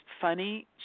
funny